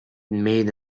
made